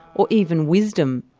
or even wisdom,